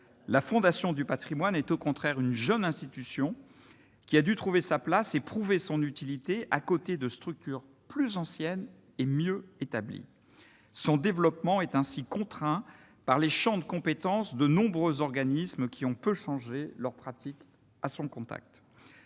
la Fondation du Patrimoine est au contraire une jeune institution qui a dû trouver sa place et prouver son utilité, à côté de structures plus ancienne et mieux établie, son développement est ainsi contraint par les champs de compétence, de nombreux organismes qui ont peu changé leurs pratiques à son contact,